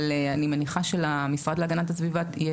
אבל אני מניחה שלמשרד להגנת הסביבה יהיה